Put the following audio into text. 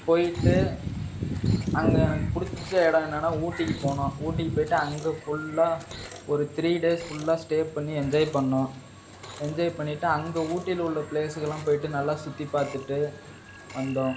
போய்ட்டு அங்கே எனக்கு பிடிச்ச இடம் என்னன்னா ஊட்டிக்கு போனோம் ஊட்டிக்கு போய்ட்டு அங்கே ஃபுல்லா ஒரு த்ரீ டேஸ் ஃபுல்லா ஸ்டே பண்ணி என்ஜாய் பண்ணோம் என்ஜாய் பண்ணிட்டு அங்கே ஊட்டியில உள்ள ப்ளேஸுக்குலாம் போய்ட்டு நல்லா சுற்றிப் பார்த்துட்டு வந்தோம்